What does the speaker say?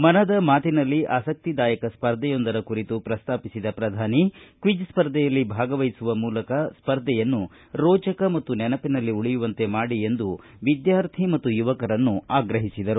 ಮನದ ಮಾತಿನಲ್ಲಿ ಆಸಕ್ತಿದಾಯಕ ಸ್ಪರ್ಧೆಯೊಂದರ ಕುರಿತು ಪ್ರಸ್ತಾಪಿಸಿದ ಪ್ರಧಾನಿ ಕ್ಷಿಚ್ ಸ್ಪರ್ಧೆಯಲ್ಲಿ ಭಾಗವಹಿಸುವ ಮೂಲಕ ಸ್ಪರ್ಧೆಯನ್ನು ರೋಚಕ ಮತ್ತು ನೆನಪಿನಲ್ಲಿ ಉಳಿಯುವಂತೆ ಮಾಡಿ ಎಂದು ವಿದ್ಯಾರ್ಥಿ ಮತ್ತು ಯುವಕರನ್ನು ಆಗ್ರಹಿಸಿದರು